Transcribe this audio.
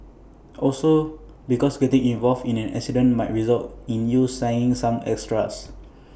also because getting involved in an incident might result in you signing some extras